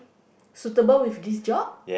suitable with this job